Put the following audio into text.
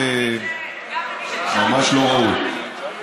ממש לא ראוי.